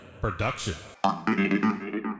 production